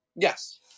Yes